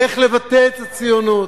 איך לבטא את הציונות,